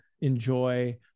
enjoy